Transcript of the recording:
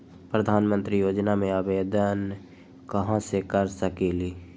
प्रधानमंत्री योजना में आवेदन कहा से कर सकेली?